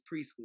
preschool